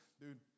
dude